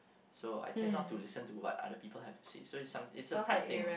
so I tend not to listen to what other people have to say so is some is a pride thing lah